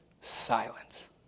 silence